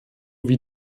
wie